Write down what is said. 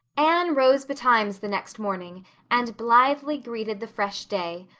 anne rose betimes the next morning and blithely greeted the fresh day,